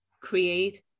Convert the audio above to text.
create